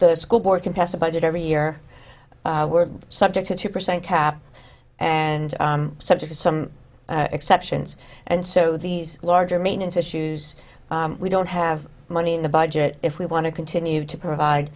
the school board can pass a budget every year were subject to two percent cap and subject to some exceptions and so these larger maintenance issues we don't have money in the budget if we want to continue to provide